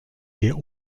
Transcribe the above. der